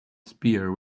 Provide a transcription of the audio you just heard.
spear